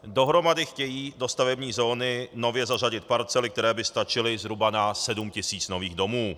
Dohromady chtějí do stavební zóny nově zařadit parcely, které by stačily zhruba na sedm tisíc nových domů.